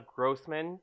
Grossman